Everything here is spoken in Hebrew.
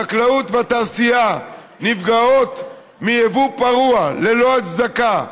החקלאות והתעשייה נפגעות מיבוא פרוע, ללא הצדקה,